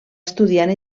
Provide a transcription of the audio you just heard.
estudiant